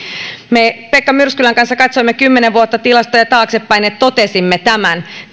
me pekka myrskylän kanssa katsoimme kymmenen vuotta tilastoja taaksepäin ja totesimme tämän